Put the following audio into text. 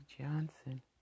Johnson